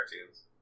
cartoons